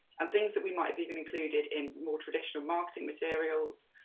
and things that we might have even included in more traditional marketing materials,